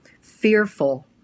Fearful